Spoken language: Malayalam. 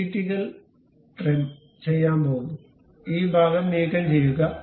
എന്റിറ്റികൾ ട്രിം trim entities ചെയ്യാൻ പോകുക ഈ ഭാഗം നീക്കംചെയ്യുക